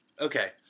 Okay